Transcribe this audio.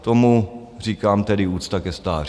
Tomu říkám tedy úcta ke stáří!